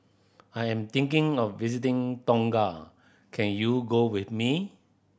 I am thinking of visiting Tonga can you go with me